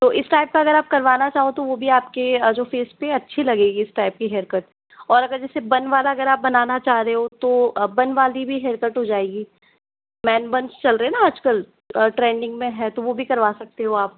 तो इस टाइप का अगर आप करवाना चाहो तो वो भी आपके जो फेस पे अच्छी लगेगी इस टाइप की हेयर कट और अगर जैसे बन वाला अगर आप बनवाना चाह रहे हो तो वन वाली भी हेयर कट हो जाएगी मैन वन चल रहे ना आज कल ट्रेंडिंग में है तो वो भी करवा सकते हो आप